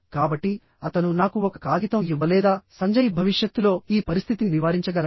కాబట్టి అతను నాకు ఒక కాగితం ఇవ్వలేదా సంజయ్ భవిష్యత్తులో ఈ పరిస్థితిని నివారించగలడా